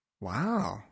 Wow